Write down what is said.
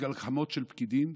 בגלל גחמות של פקידים,